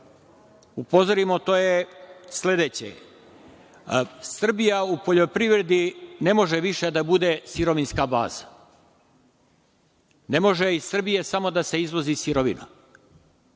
upozorimo je sledeće. Srbija u poljoprivredi ne može više da bude sirovinska baza. Ne može iz Srbije samo da se izvozi sirovina.